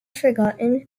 forgotten